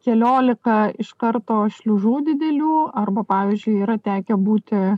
keliolika iš karto šliužų didelių arba pavyzdžiui yra tekę būti